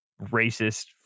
racist